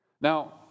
Now